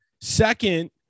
Second